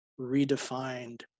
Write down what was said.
redefined